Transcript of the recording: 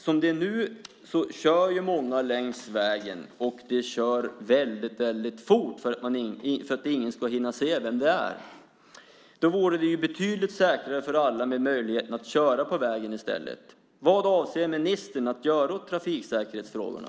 Som det är nu kör många längs vägen, och de kör väldigt, väldigt fort för att ingen ska hinna se vem det är. Då vore det betydligt säkrare för alla om man fick möjlighet att köra på vägen i stället. Vad avser ministern att göra åt trafiksäkerhetsfrågorna?